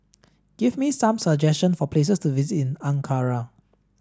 give me some suggestion for places to visit in Ankara